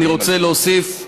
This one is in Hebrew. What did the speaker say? אני רוצה להוסיף,